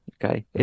Okay